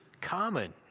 common